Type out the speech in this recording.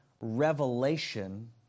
revelation